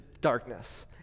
darkness